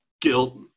guilt